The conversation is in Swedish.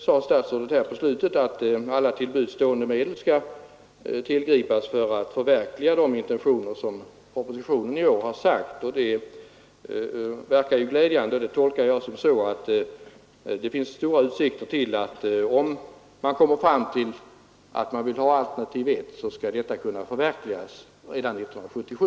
Statsrådet sade avslutningsvis att alla till buds stående medel skall tillgripas för att förverkliga de intentioner som anges i årets proposition. Det verkar glädjande, och jag tolkar det så att det finns stora utsikter till att om man stannar för alternativ 1 skall detta kunna förverkligas redan 1977.